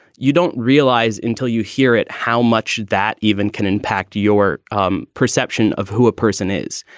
you don't realize until you hear it how much that even can impact your um perception of who a person is.